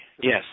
Yes